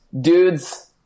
dudes